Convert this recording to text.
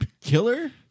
Killer